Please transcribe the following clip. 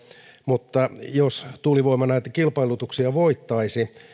mutta jos tuulivoima näitä kilpailutuksia voittaisi